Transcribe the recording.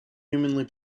humanly